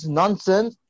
nonsense